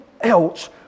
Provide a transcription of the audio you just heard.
else